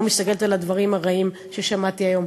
מסתכלת על הדברים הרעים ששמעתי היום.